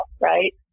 Right